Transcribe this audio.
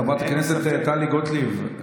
חברת הכנסת טלי גוטליב.